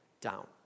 down